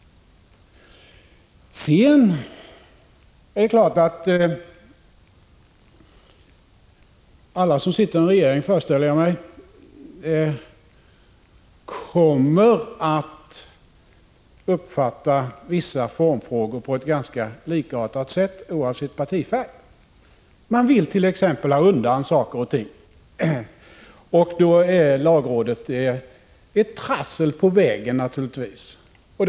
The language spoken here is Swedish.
Sedan är det klart att alla som sitter i en regering, föreställer jag mig, kommer att uppfatta vissa formfrågor på ett ganska likartat sätt oavsett partifärg. Man vill t.ex. ha undan saker och ting, och då är lagrådet naturligtvis ett hinder på vägen.